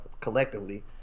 collectively